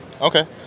Okay